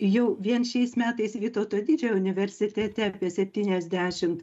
jau vien šiais metais vytauto didžiojo universitete apie septyniasdešimt